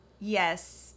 Yes